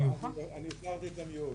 אני שחררתי את ה-Mute.